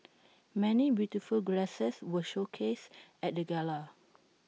many beautiful greases were showcased at the gala